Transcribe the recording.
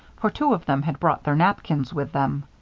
for two of them had brought their napkins with them.